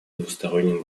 двусторонним